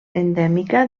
endèmica